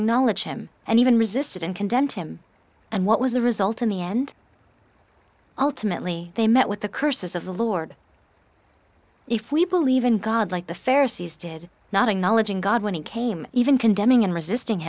acknowledge him and even resisted and condemned him and what was the result in the end ultimately they met with the curses of the lord if we believe in god like the farriss did not acknowledging god when it came even condemning and resisting